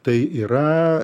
tai yra